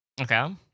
okay